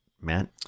Matt